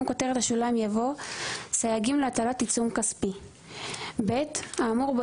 כותרת השוליים יבוא "סייגים להטלת עיצום כספי"; האמור בו